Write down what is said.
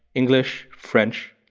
english, french.